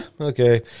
okay